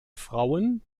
frauen